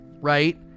right